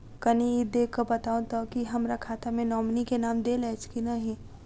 कनि ई देख कऽ बताऊ तऽ की हमरा खाता मे नॉमनी केँ नाम देल अछि की नहि?